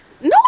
No